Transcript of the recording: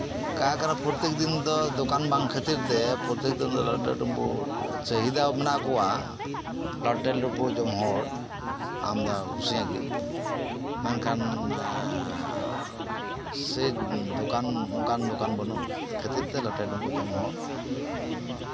ᱚᱠᱟ ᱠᱚᱨᱮᱫ ᱯᱨᱚᱛᱮᱠ ᱫᱤᱱ ᱫᱚ ᱫᱚᱠᱟᱱ ᱵᱟᱝ ᱠᱷᱟᱹᱛᱤᱨᱛᱮ ᱯᱨᱚᱛᱮᱠ ᱫᱤᱱ ᱫᱚ ᱞᱟᱴᱷᱮ ᱰᱩᱢᱩᱜ ᱪᱟᱦᱤᱫᱟ ᱢᱮᱱᱟᱜ ᱠᱚᱣᱟ ᱞᱟᱴᱷᱮ ᱰᱩᱵᱩᱜ ᱡᱚᱢ ᱦᱚᱲ ᱟᱢᱫᱟᱜᱮ ᱠᱚ ᱠᱩᱥᱤᱭᱟᱜᱼᱜᱮ ᱢᱮᱱᱠᱷᱟᱱ ᱥᱮ ᱫᱚᱠᱟᱱ ᱚᱱᱠᱟᱱ ᱫᱚᱠᱟᱱ ᱵᱟᱹᱱᱩᱜ ᱠᱷᱟᱹᱛᱤᱨᱛᱮ ᱞᱟᱴᱷᱮ ᱰᱩᱢᱵᱩᱜ ᱡᱚᱢ ᱦᱚᱸ